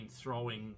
throwing